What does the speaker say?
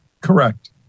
Correct